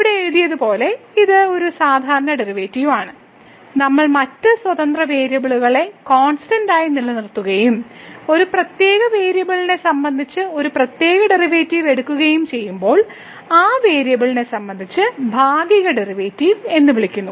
ഇവിടെ എഴുതിയതുപോലെ ഇത് ഒരു സാധാരണ ഡെറിവേറ്റീവ് ആണ് നമ്മൾ മറ്റ് സ്വതന്ത്ര വേരിയബിളുകളെ കോൺസ്റ്റന്റ് ആയി നിലനിർത്തുകയും ഒരു പ്രത്യേക വേരിയബിളിനെ സംബന്ധിച്ച് ഒരു പ്രത്യേക ഡെറിവേറ്റീവ് എടുക്കുകയും ചെയ്യുമ്പോൾ ആ വേരിയബിളിനെ സംബന്ധിച്ച് ഭാഗിക ഡെറിവേറ്റീവ് എന്ന് വിളിക്കുന്നു